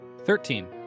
Thirteen